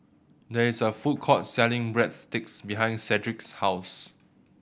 there is a food court selling Breadsticks behind Sedrick's house